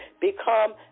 become